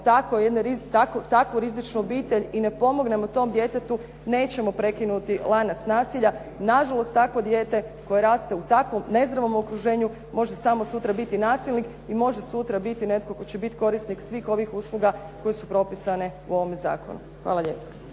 takvu rizičnu obitelj i ne pomognemo tom djetetu nećemo prekinuti lanac nasilja. Nažalost, takvo dijete koje raste u takvom nezdravom okruženju može samo sutra biti nasilnik i može sutra biti netko tko će bit korisnik svih ovih usluga koje su propisane u ovome zakonu. Hvala lijepo.